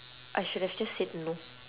I should have just said no